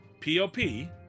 P-O-P